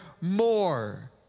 more